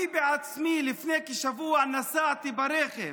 אני בעצמי לפני כשבוע נסעתי ברכב